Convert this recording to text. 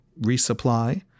resupply